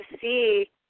see